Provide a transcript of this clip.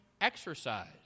exercise